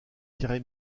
carré